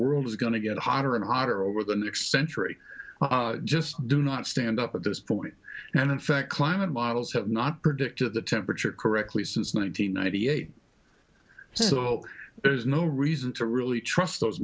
world is going to get hotter and hotter over the next century just do not stand up at this point and in fact climate models have not predicted the temperature correctly since nine hundred ninety eight so there's no reason to really trust those